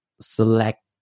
select